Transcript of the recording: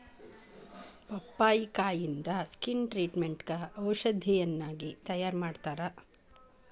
ಪಪ್ಪಾಯಿಕಾಯಿಂದ skin ಟ್ರಿಟ್ಮೇಟ್ಗ ಔಷಧಿಯನ್ನಾಗಿ ತಯಾರಮಾಡತ್ತಾರ